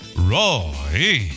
Roy